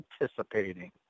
anticipating